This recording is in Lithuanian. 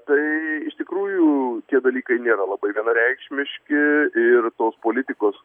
tai iš tikrųjų tie dalykai nėra labai vienareikšmiški ir tos politikos